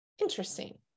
interesting